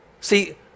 see